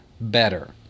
better